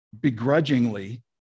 begrudgingly